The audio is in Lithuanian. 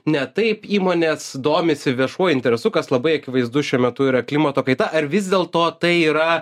ne taip įmonės domisi viešuoju interesu kas labai akivaizdu šiuo metu yra klimato kaita ar vis dėlto tai yra